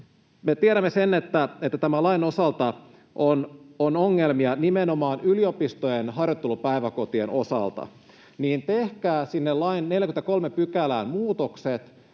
me tiedämme sen, että tämän lain osalta on ongelmia nimenomaan yliopistojen harjoittelupäiväkotien osalta, niin tehkää sinne lain 43 §:ään muutokset,